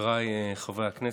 חבריי חברי הכנסת,